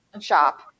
shop